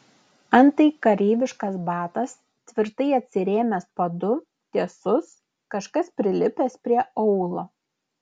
antai kareiviškas batas tvirtai atsirėmęs padu tiesus kažkas prilipęs prie aulo